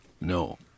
No